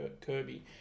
kirby